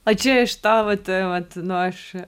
o čia iš to vat vat nu aš